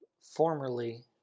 Formerly